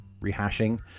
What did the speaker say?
rehashing